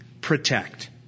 protect